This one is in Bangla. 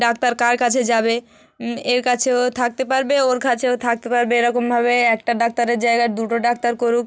ডাক্তার কার কাছে যাবে এর কাছেও থাকতে পারবে ওর কাছেও থাকতে পারবে এরকমভাবে একটা ডাক্তারের জায়গায় দুটো ডাক্তার করুক